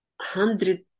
hundred